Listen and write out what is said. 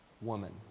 Woman